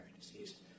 disease